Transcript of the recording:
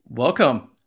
Welcome